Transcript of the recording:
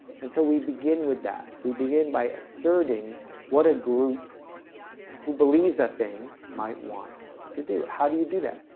and so we begin with that we begin by asserting what a group who believes a thing might want to do how do you do that?